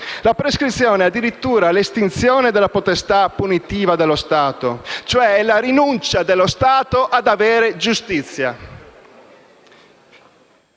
la prescrizione è addirittura l'estinzione della potestà punitiva dello Stato, cioè è la rinuncia dello Stato a fare giustizia.